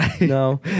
no